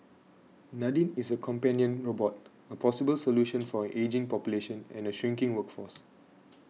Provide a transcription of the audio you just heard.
Nadine is a companion robot a possible solution for an ageing population and shrinking workforce